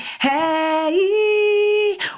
hey